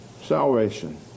salvation